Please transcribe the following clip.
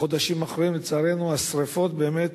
בחודשים האחרונים, לצערנו, השרפות באמת